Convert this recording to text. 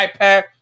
iPad